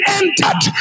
entered